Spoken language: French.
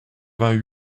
vingt